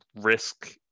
risk